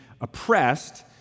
oppressed